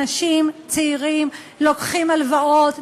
אנשים צעירים לוקחים הלוואות,